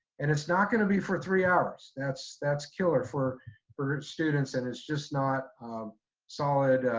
and it's not going to be for three hours. that's that's killer for for students. and it's just not solid